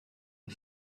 are